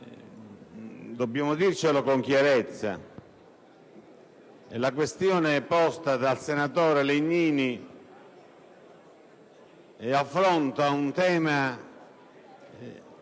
dobbiamo dircelo con chiarezza: la questione posta dal senatore Legnini affronta un tema